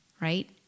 right